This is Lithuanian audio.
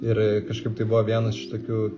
ir kažkaip tai buvo vienas iš tokių